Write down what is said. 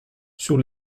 sur